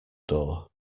door